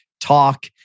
talk